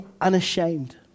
unashamed